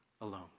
alone